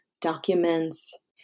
documents